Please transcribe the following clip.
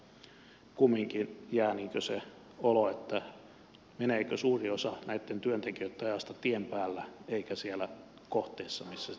mutta kumminkin jää sellainen olo että meneekö suuri osa näitten työntekijöitten ajasta tien päällä eikä siellä kohteessa missä sitä työtä tehdään